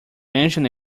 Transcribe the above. mention